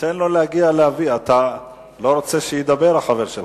תן לו להגיע, אתה לא רוצה שידבר החבר שלך?